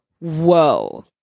whoa